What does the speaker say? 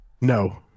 no